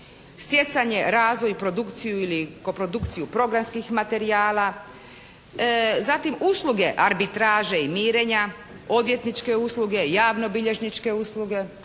stjecanje, razvoj i produkciju ili koprodukciju programskih materijala, zatim usluge arbitraže i mirenja, odvjetničke usluge, javnobilježničke usluge.